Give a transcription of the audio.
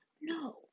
no